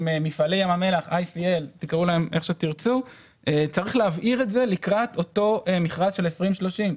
מפעלי ים המלח צריך להבהיר לקראת אותו מכרז 2030,